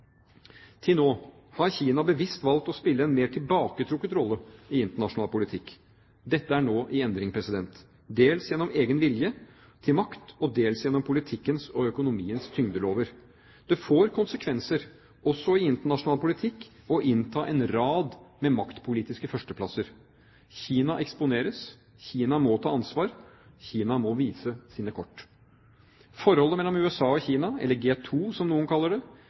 Til nå har Kina bevisst valgt å spille en mer tilbaketrukket rolle i internasjonal politikk. Dette er nå i endring, dels gjennom egen vilje til makt og dels gjennom politikkens og økonomiens tyngdelover: Det får konsekvenser også i internasjonal politikk å innta en rad med maktpolitiske førsteplasser. Kina eksponeres, Kina må ta ansvar, Kina må vise sine kort. Forholdet mellom USA og Kina, eller G2 som noen kaller det,